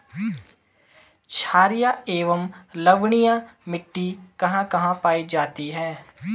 छारीय एवं लवणीय मिट्टी कहां कहां पायी जाती है?